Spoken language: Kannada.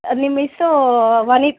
ಅಲ್ಲಿ ಮಿಸ್ಸು ವನಿತ